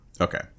Okay